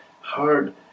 hard